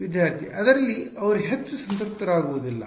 ವಿದ್ಯಾರ್ಥಿ ಅದರಲ್ಲಿ ಅವರು ಹೆಚ್ಚು ಸಂತೃಪ್ತರಾಗುವುದಿಲ್ಲ